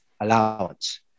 allowance